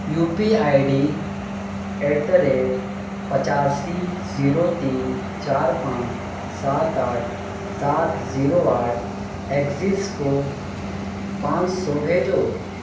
you P I D at the rate پچاسی zero تین چار پانچ سات آٹھ سات زیرو آٹھ ایکسز کو پانچ سو بھیجو